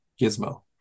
Gizmo